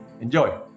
Enjoy